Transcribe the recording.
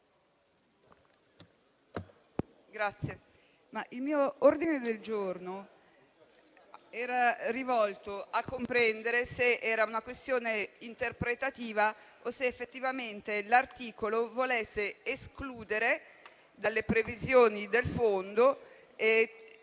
il mio ordine del giorno era rivolto a comprendere se si trattasse di una questione interpretativa o se effettivamente l'articolo volesse escludere dalle previsioni del Fondo